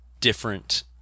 different